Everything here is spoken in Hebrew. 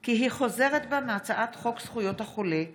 כי היא חוזרת בה מהצעת חוק זכויות החולה (תיקון,